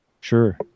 Sure